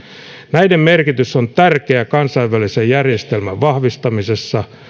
näiden merkitys on tärkeä kansainvälisen järjestelmän vahvistamisessa